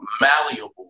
malleable